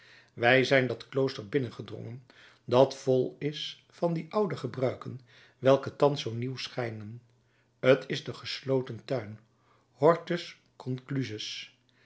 wij zijn dat klooster binnengedrongen dat vol is van die oude gebruiken welke thans zoo nieuw schijnen t is de gesloten tuin hortus conclusus